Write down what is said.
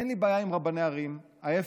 אין לי בעיה עם רבני ערים, ההפך,